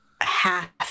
half